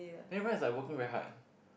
everyone is like working very hard